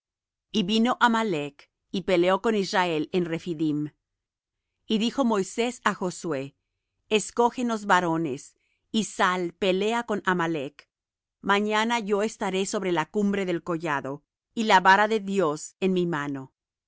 y vino amalec y peleó con israel en rephidim y dijo moisés á josué escógenos varones y sal pelea con amalec mañana yo estaré sobre la cumbre del collado y la vara de dios en mi mano